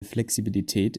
flexibilität